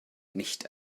nicht